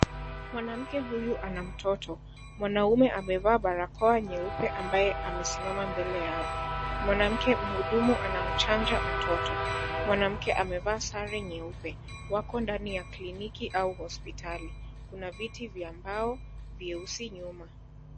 Mwanamke huyu ana mtoto, mwanaume amevaa barakoa nyeupe ambaye amesimama mbele yao, mwanamke mhudumu anamchanja mtoto mwanamke amevaa sare nyeupe wako ndani ya kliniki au hospitali kuna viti vya mbao vyeusi nyuma.